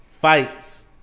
Fights